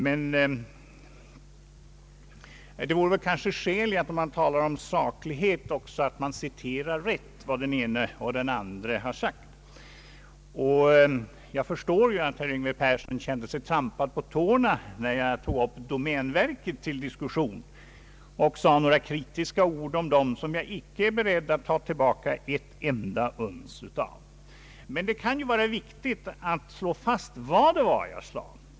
Men om man talar om saklighet kanske det också vore skäl i att citera rätt vad den ene och den andre har sagt. Jag förstår att herr Yngve Persson kände sig trampad på tårna när jag tog upp domänverket till diskussion och om detta sade några kritiska ord, som jag inte är beredd att ta tillbaka ett enda uns av. Men det kan vara viktigt att slå fast vad jag sade.